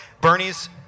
Bernie's